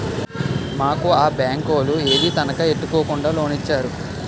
మాకు ఆ బేంకోలు ఏదీ తనఖా ఎట్టుకోకుండా లోనిచ్చేరు